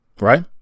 right